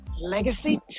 Legacy